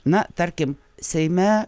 na tarkim seime